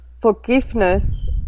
forgiveness